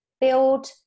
build